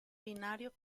binario